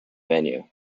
venue